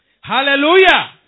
Hallelujah